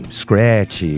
scratch